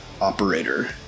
operator